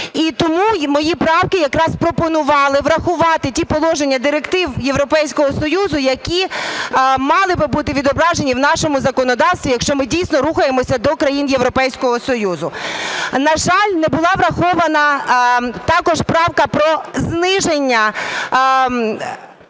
І тому мої правки якраз пропонували врахувати ті положення директив Європейського Союзу, які мали би бути відображені в нашому законодавстві, якщо ми дійсно рухаємося до країн Європейського Союзу. На жаль, не була врахована також правка про зниження